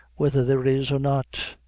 whether there is or not.